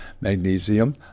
magnesium